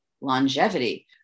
longevity